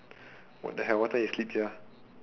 what the hell what time you sleep sia